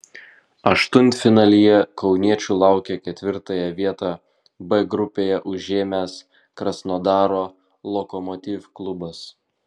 aštuntfinalyje kauniečių laukia ketvirtąją vietą b grupėje užėmęs krasnodaro lokomotiv klubas